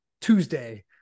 Tuesday